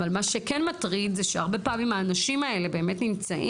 אבל מה שכן מטריד זה שהרבה פעמים האנשים האלה יכולים